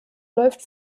läuft